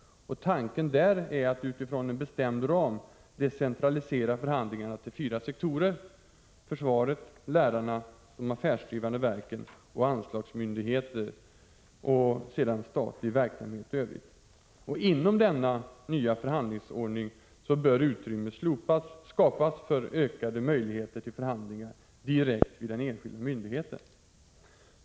Tanken är att utifrån en bestämd ram decentralisera förhandlingarna till fyra sektorer — försvaret, lärarna, de affärsdrivande verken och anslagsmyndigheter samt statlig verksamhet i övrigt. Inom denna nya förhandlingsordning bör utrymme skapas för ökade möjligheter till förhandlingar direkt vid den enskilda myndigheten.